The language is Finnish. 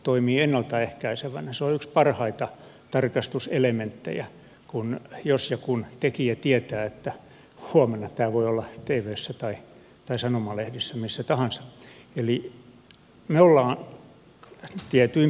se on yksi parhaita tarkastuselementtejä jos ja kun tekijä tietää että huomenna tämä voi olla tvssä tai sanomalehdissä missä tahansa